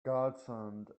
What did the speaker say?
godsend